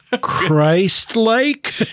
Christ-like